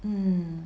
mm